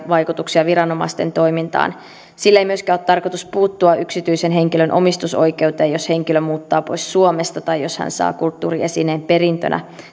vaikutuksia viranomaisten toimintaan sillä ei myöskään ole tarkoitus puuttua yksityisen henkilön omistusoikeuteen jos henkilö muuttaa pois suomesta tai jos hän saa kulttuuriesineen perintönä